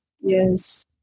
Yes